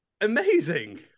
Amazing